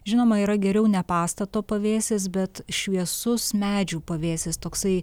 žinoma yra geriau ne pastato pavėsis bet šviesus medžių pavėsis toksai